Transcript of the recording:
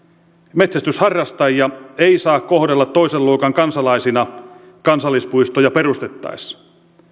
metsästysharrastajia ei saa kohdella toisen luokan kansalaisina kansallispuistoja perustettaessa